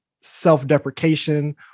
self-deprecation